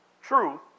truth